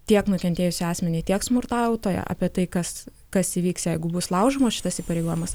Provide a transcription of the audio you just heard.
tiek nukentėjusį asmenį tiek smurtautoją apie tai kas kas įvyks jeigu bus laužomos šitas įpareigojimas